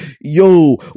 Yo